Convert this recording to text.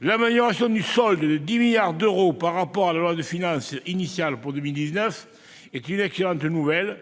L'amélioration du solde, de 10 milliards d'euros par rapport à la loi de finances initiale pour 2019, est une excellente nouvelle,